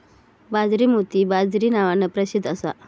बाजरी मोती बाजरी नावान प्रसिध्द असा